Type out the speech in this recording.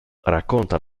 racconta